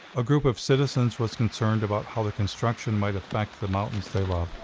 a group of citizens was concerned about how the construction might affect the mountains they love.